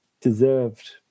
deserved